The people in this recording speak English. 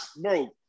bro